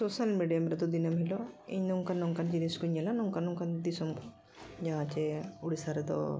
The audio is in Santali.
ᱥᱳᱥᱟᱞ ᱢᱤᱰᱤᱭᱟ ᱨᱮᱫᱚ ᱫᱤᱱᱟᱹᱢ ᱦᱤᱞᱳᱜ ᱤᱧ ᱱᱚᱝᱠᱟᱱ ᱱᱚᱝᱠᱟᱱ ᱡᱤᱱᱤᱥ ᱠᱚᱧ ᱧᱮᱞᱟ ᱱᱚᱝᱠᱟᱱ ᱱᱚᱝᱠᱟᱱ ᱫᱤᱥᱚᱢ ᱡᱟᱦᱟᱸ ᱪᱮ ᱳᱰᱤᱥᱟ ᱨᱮᱫᱚ